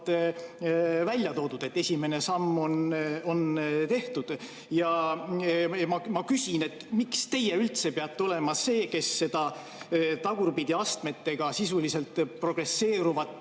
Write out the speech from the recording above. välja toodud. Esimene samm on tehtud. Ma küsin, miks teie üldse peate olema see, kes seda tagurpidi astmetega sisuliselt progressiivset